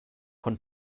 von